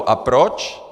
A proč?